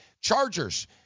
Chargers